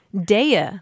Dea